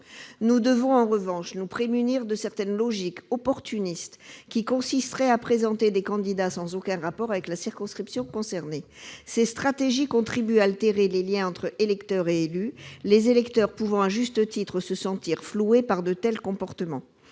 Nous devons en revanche nous prémunir de certaines logiques opportunistes qui consisteraient à présenter des candidats sans aucun rapport avec la circonscription concernée. Ces stratégies contribuent à altérer les liens entre électeurs et élus, les électeurs pouvant à juste titre se sentir floués par de tels comportements.